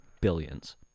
billions